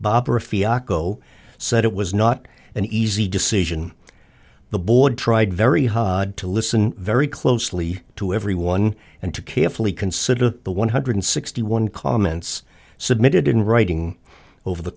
bob or a fiasco said it was not an easy decision the board tried very hard to listen very closely to everyone and to carefully consider the one hundred sixty one comments submitted in writing over the